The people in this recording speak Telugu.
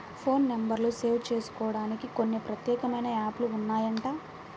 ఫోన్ నెంబర్లు సేవ్ జేసుకోడానికి కొన్ని ప్రత్యేకమైన యాప్ లు ఉన్నాయంట